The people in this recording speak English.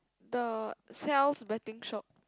the Seow's betting shop